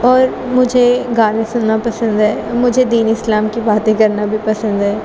اور مجھے گانے سننا پسند ہے مجھے دین اسلام کی باتیں کرنا بھی پسند ہے